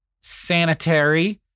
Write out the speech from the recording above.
sanitary